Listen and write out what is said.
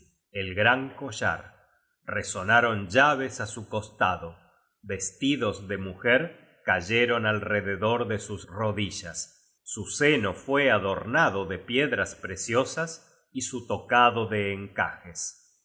el gran collar resonaron llaves á su costado vestidos de mujer cayeron alrededor de sus rodillas su seno fue adornado de piedras preciosas y su tocado de encajes